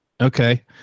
Okay